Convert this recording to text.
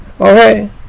Okay